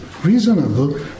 reasonable